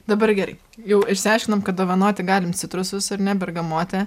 dabar gerai jau išsiaiškinom kad dovanoti galim citrusus ar ne bergamotę